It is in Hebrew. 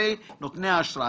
כספי - נותנים את האשראי,